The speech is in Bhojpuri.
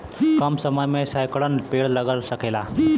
कम समय मे सैकड़न पेड़ लग सकेला